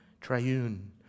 Triune